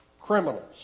criminals